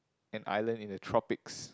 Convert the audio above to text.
an island in the tropics